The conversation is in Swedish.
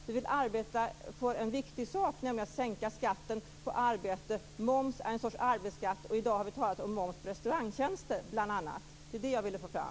Vi vill arbeta för en viktig sak, nämligen sänka skatten på arbete. Moms är en sorts arbetsskatt, och i dag har vi talat om bl.a. moms på restaurangtjänster. Det var det jag ville få fram.